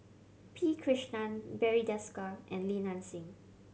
P Krishnan Barry Desker and Li Nanxing